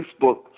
Facebook